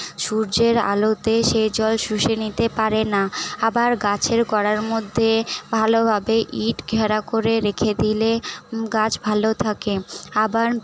সূর্যের আলোতে সে জল শুষে নিতে পারে না আবার গাছের গোড়ার মধ্যে ভালোভাবে ইঁট ঘেরা করে রেখে দিলে গাছ ভালো থাকে আবার